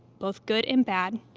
both good and bad,